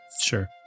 Sure